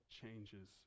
changes